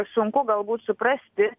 sunku galbūt suprasti